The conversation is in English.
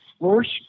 first